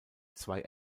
zwei